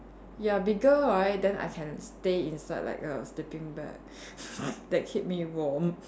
ya bigger right then I can stay inside like a sleeping bag that keep me warm